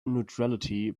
neutrality